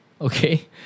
Okay